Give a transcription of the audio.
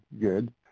good